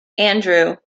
andrew